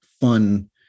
fun